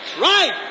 Right